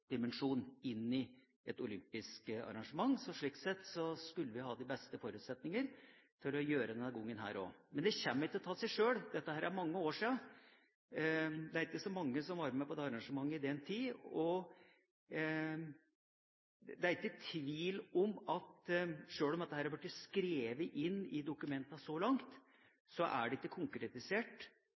i et olympisk arrangement. Slik sett skulle vi ha de beste forutsetninger for å gjøre det også denne gangen. Men det kommer ikke av seg sjøl. Dette er mange år siden. Det er ikke så mange som var med på det arrangementet i den tiden, og det er ikke tvil om at sjøl om dette har vært skrevet inn i dokumentene så langt, er det ikke konkretisert